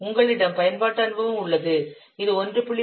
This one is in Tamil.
உங்களிடம் பயன்பாட்டு அனுபவம் உள்ளது இது 1